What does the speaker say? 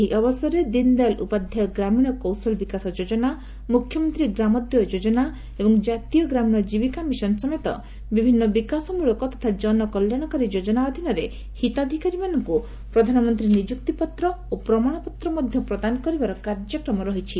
ଏହି ଅବସରରେ ଦୀନଦୟାଲ ଉପାଧ୍ୟାୟ ଗ୍ରାମୀଣ କୌଶଲ ବିକାଶ ଯୋଜନା ମୁଖ୍ୟମନ୍ତ୍ରୀ ଗ୍ରାମଦ୍ୟୋୟ ଯୋଜନା ଏବଂ ଜାତୀୟ ଗ୍ରାମୀଣ ଜୀବିକା ମିଶନ ସମେତ ବିଭିନ୍ନ ବିକାଶମ୍ରଳକ ତଥା ଜନକଲ୍ୟାଣକାରୀ ଯୋଜନା ଅଧୀନରେ ବିଭିନ୍ନ ହିତାଧିକାରୀମାନଙ୍କୁ ପ୍ରଧାନମନ୍ତ୍ରୀ ନିଯୁକ୍ତିପତ୍ର ଓ ପ୍ରମାଣପତ୍ର ମଧ୍ୟ ପ୍ରଦାନ କରିବାର କାର୍ଯ୍ୟକ୍ରମ ରହିଛି